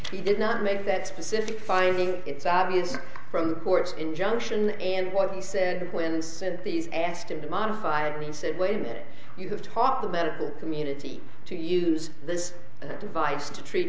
know he did not make that specific finding it's obvious from the court's injunction and what he said when said these asked him to modify and he said wait a minute you have taught the medical community to use this device to treat